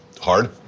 Hard